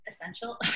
essential